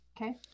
Okay